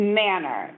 manner